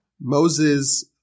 Moses